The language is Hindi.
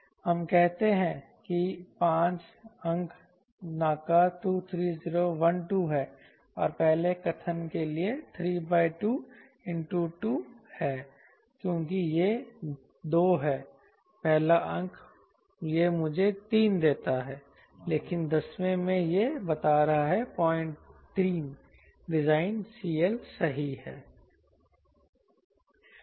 हम कहते हैं कि 5 अंक NACA 23012 है और पहले कथन के लिए 32 2 है क्योंकि यह 2 है पहला अंक यह मुझे 3 देता है लेकिन दसवें में यह बता रहा है 03 डिजाइन CL सही है